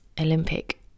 Olympic